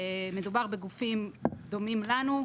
מדובר בגופים דומים לנו,